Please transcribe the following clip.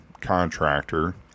contractor